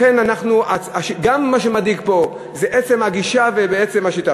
לכן גם מה שמדאיג פה זה עצם הגישה ועצם השיטה.